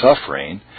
suffering